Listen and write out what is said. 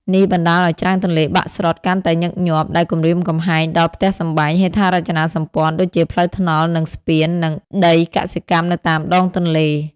នេះបណ្តាលឱ្យច្រាំងទន្លេបាក់ស្រុតកាន់តែញឹកញាប់ ដែលគំរាមកំហែងដល់ផ្ទះសម្បែង ហេដ្ឋារចនាសម្ព័ន្ធ ដូចជាផ្លូវថ្នល់ និងស្ពាន និងដីកសិកម្មនៅតាមដងទន្លេ។